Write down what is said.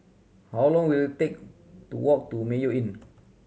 how long will it take to walk to Mayo Inn